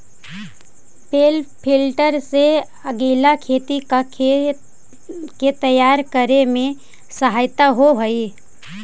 बेल lifter से अगीला खेती ला खेत के तैयार करे में सहायता होवऽ हई